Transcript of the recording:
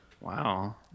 Wow